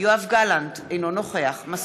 אינו נוכח יואב גלנט,